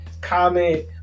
comment